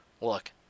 Look